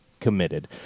committed